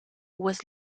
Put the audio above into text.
was